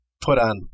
put-on